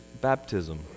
baptism